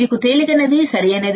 మీకు తేలికైనది సరియైనది